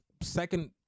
second